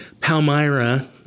Palmyra